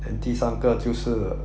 then 第三个就是